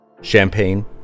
Champagne